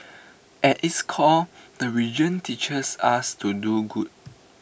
at its core the religion teaches us to do good